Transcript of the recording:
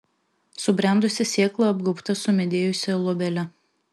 subrendusi sėkla apgaubta sumedėjusia luobele